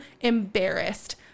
embarrassed